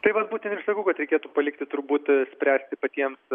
tai vat būtent ir sakau kad reikėtų palikti turbūt spręsti patiems